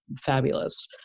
fabulous